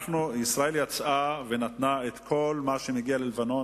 ישראל יצאה ונתנה את כל מה שמגיע ללבנון,